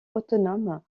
autonome